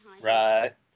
Right